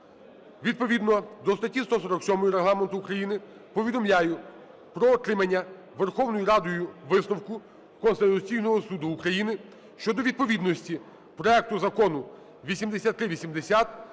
Відповідно до статті 147 Регламенту України повідомляю про отримання Верховною Радою висновку Конституційного Суду України щодо відповідності проекту Закону 8380